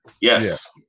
Yes